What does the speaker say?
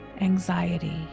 anxiety